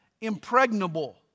impregnable